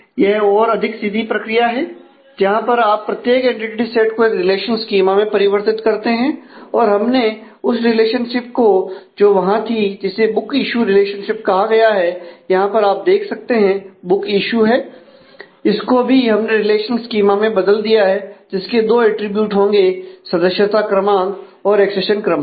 यह और अधिक सीधी प्रक्रिया है जहां पर आप प्रत्येक एंटिटी सेट को एक रिलेशन स्कीमा में परिवर्तित करते हैं और हमने उस रिलेशनशिप को जो वहां थी जिसे बुक इश्यू है इसको भी हमने रिलेशनल स्कीमा में बदल दिया है जिसके दो अटरीब्यूट हैं सदस्यता क्रमांक और एक्सेशन क्रमांक